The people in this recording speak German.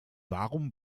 warum